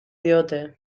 diote